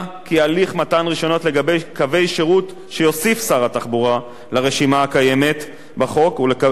לגבי קווי שירות שיוסיף שר התחבורה לרשימה הקיימת בחוק ולגבי קווי שירות